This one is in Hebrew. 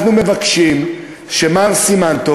אנחנו מבקשים שמר סימן טוב,